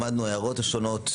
למדנו את הערות השונות,